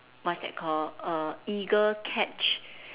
what's that call err eagle catch